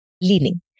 leaning